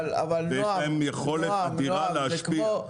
ויש להם יכולת אדירה להשפיע.